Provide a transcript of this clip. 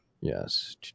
Yes